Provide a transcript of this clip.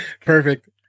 Perfect